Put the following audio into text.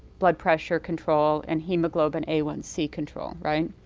blood pressure control and hemoglobin a one c control. right?